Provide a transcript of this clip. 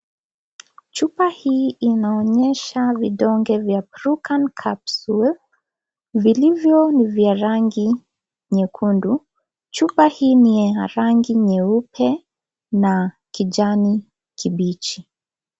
Chupa hii inaonyesha vidonge vya PRUKAN CAPSULE vilivyo ni vya rangi nyekundu. Chupa hii ni ya rangi nyeupe na kijani kibichi.